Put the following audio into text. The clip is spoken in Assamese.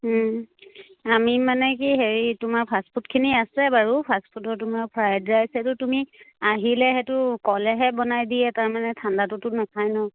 আমি মানে কি হেৰি তোমাৰ ফাষ্টফুডখিনি আছে বাৰু ফাষ্টফুডৰ তোমাৰ ফ্ৰাইড ৰাইচ সেইটো তুমি আহিলে সেইটো ক'লেহে বনাই দিয়ে তাৰমানে ঠাণ্ডাটোতো নাখায় নহ্